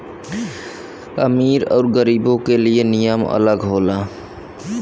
अमीर अउर गरीबो के लिए नियम अलग होला